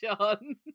John